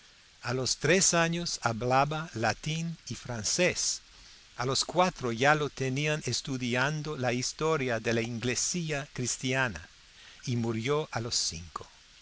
a los tres años hablaba latín y francés a los cuatro ya lo tenían estudiando la historia de la iglesia cristiana y murió a los cinco